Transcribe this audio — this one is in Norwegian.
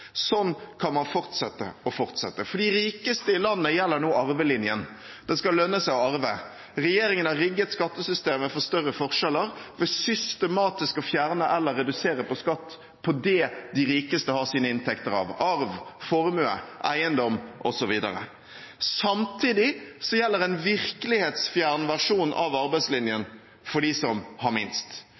Sånn kan man fortsette og fortsette. For de rikeste i landet gjelder nå arvelinjen. Det skal lønne seg å arve. Regjeringen har rigget skattesystemet for større forskjeller ved systematisk å fjerne eller redusere skatt på det de rikeste har sine inntekter av: arv, formue, eiendom osv. Samtidig gjelder en virkelighetsfjern versjon av arbeidslinjen for dem som har minst.